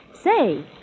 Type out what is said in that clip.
Say